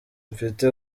mfite